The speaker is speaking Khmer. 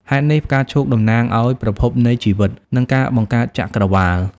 ហេតុនេះ ផ្កាឈូកតំណាងឱ្យ ប្រភពនៃជីវិត និងការបង្កើតចក្រវាឡ។